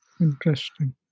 Interesting